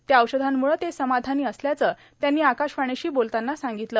त्या औषधामुळे ते समाधानी असल्याच त्यांनी आकाशवाणीशी बोलताना सांगितल